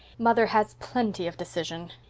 mother has plenty of decision.